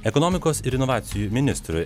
ekonomikos ir inovacijų ministrui